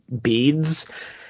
beads